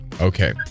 Okay